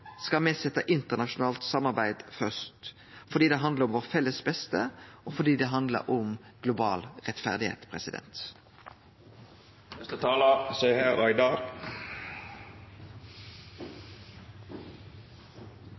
skal me setje internasjonalt samarbeid først – fordi det handlar om vårt felles beste, og fordi det handlar om global